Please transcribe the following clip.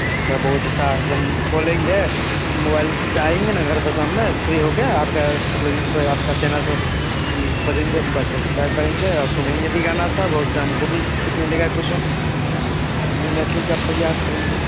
अच्छा बहुत अच्छा आज हम खोलेंगे मोबाइल जाएँगे ना घर पर शाम में फ्री हो कर आपका मतलब युटुब पर आपका चैनल सस अथि खोजेंगे उसके बाद सब्सक्राइब करेंगे और सुनेंगे भी गाना सब और उससे हम को भी सीख मिलेग कुछ हम भी मैथली का प्रयास करेंगे